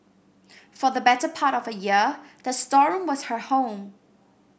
for the better part of a year the storeroom was her home